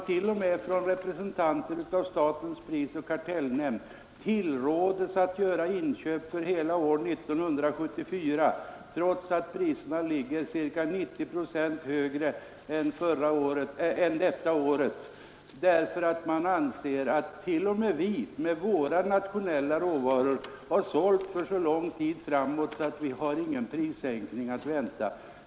T. o. m. av en representant för statens prisoch kartellnämnd tillråds man att göra inköp av trävaror för hela år 1974, trots att priserna ligger ca 90 procent högre än för innevarande år. Det anses att svenska sågverk med våra nationella råvaror har sålt för så lång tid framåt att vi inte har några prissänkningar att vänta.